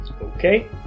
Okay